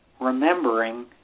remembering